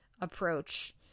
approach